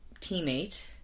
teammate